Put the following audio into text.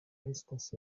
festas